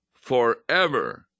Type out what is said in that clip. forever